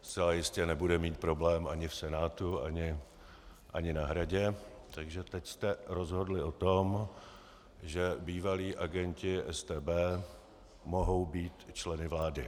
Zcela jistě nebude mít problém ani v Senátu ani na Hradě, takže teď jste rozhodli o tom, že bývalí agenti StB mohou být členy vlády.